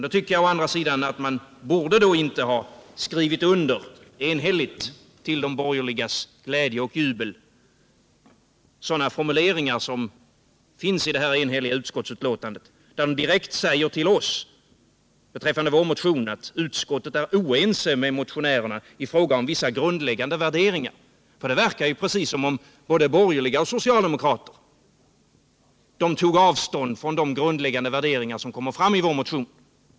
Å andra sidan borde man då inte till de borgerligas glädje och jubel ha skrivit under sådana formuleringar som finns i det enhälliga utskottsbetänkandet, där det direkt sägs beträffande vår motion att utskottet är oense med motionärerna i fråga om vissa grundläggande värderingar. Det verkar precis som om både borgerliga och socialdemokrater tog avstånd från de grundläggande värderingar som kommer fram i vår motion.